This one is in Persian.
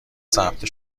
ثبت